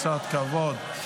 קצת כבוד.